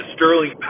Sterling